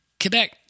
Quebec